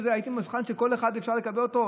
הייתי מוכן שיהיה אפשר לקבל כל אחד?